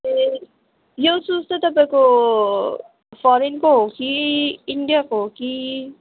ए यो सुज चाहिँ तपाईँको फरेनको हो कि इन्डियाको हो कि